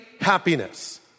happiness